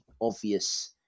obvious